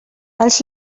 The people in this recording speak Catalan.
els